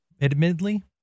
admittedly